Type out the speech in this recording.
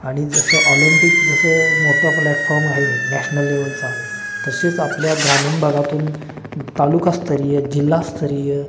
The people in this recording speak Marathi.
आणि जसं ऑलंम्पिक जसं मोठा प्लॅटफॉर्म आहे नॅशनल लेवलचा तसेच आपल्या ग्रामीण भागातून तालुकास्तरीय जिल्हास्तरीय